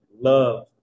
love